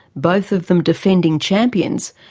both of them defending champions,